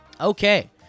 Okay